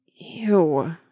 Ew